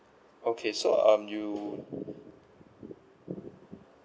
okay so um you